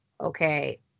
okay